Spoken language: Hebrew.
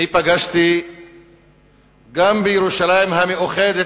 בשבועות ובחודשים האחרונים פגשתי גם בירושלים "המאוחדת"